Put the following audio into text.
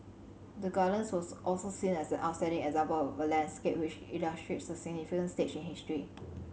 the Gardens was also seen as an outstanding example of a landscape which illustrates a significant stage in history